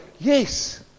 Yes